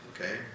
okay